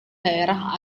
daerah